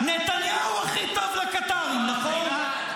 נתניהו הכי טוב לקטרים, נכון?